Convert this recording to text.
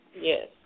Yes